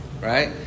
Right